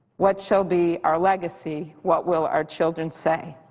what shall be our legacy, what will our children say?